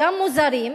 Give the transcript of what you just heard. גם מוזרים,